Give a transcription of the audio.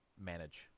manage